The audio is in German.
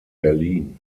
berlin